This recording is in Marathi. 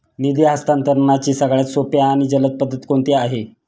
निधी हस्तांतरणाची सगळ्यात सोपी आणि जलद पद्धत कोणती आहे?